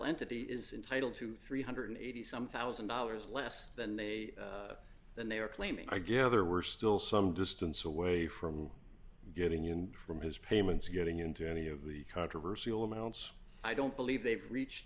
entity is entitle to three hundred and eighty dollars some one thousand dollars less than they than they are claiming i gather we're still some distance away from getting in from his payments getting into any of the controversy all amounts i don't believe they've reached